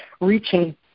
reaching